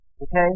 Okay